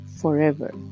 forever